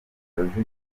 rujugira